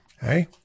Hey